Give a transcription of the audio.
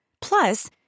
Plus